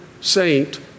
saint